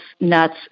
nuts